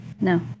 No